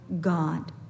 God